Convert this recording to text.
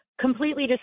completely